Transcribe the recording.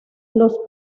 los